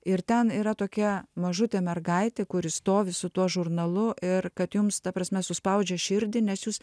ir ten yra tokia mažutė mergaitė kuri stovi su tuo žurnalu ir kad jums ta prasme suspaudžia širdį nes jūs